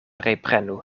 reprenu